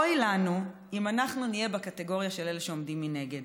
אוי לנו אם אנחנו נהיה בקטגוריה של אלו שעומדים מנגד,